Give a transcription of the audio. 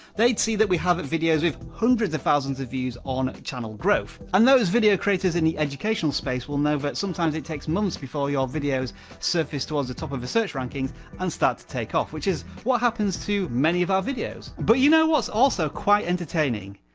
they'd see that we have videos with hundreds of thousands of views on channel growth. and those video creators in the educational space will know that sometimes it takes months before your videos surface towards the top of the search rankings and start to take off, which is what happens to many of our videos. but, you know what's also quite entertaining?